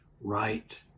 right